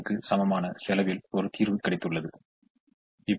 எனவே அதை மேலும் பகுப்பாய்வு செய்ய அதே தீர்வை மீண்டும் எடுத்துக்கொள்வோம்